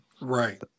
right